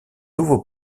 nouveau